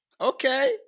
okay